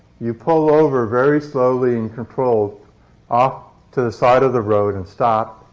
you pull over very slowly and controlled off to the side of the road and stop,